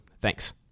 Thanks